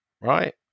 right